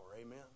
amen